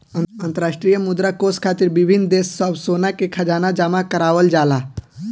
अंतरराष्ट्रीय मुद्रा कोष खातिर विभिन्न देश सब सोना के खजाना जमा करावल जाला